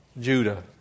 Judah